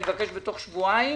אני מבקש בתוך שבועיים